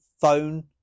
phone